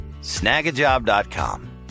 Snagajob.com